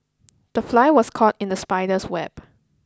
the fly was caught in the spider's web